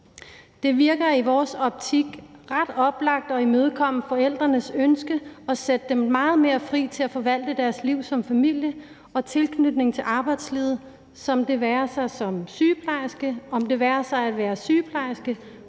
Det virker i vores optik ret oplagt at imødekomme forældrenes ønske og sætte dem meget mere fri til at forvalte deres liv som familie og deres tilknytning til arbejdslivet, om det er som sygeplejerske, som kontorassistent, iværksætter